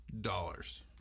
Dollars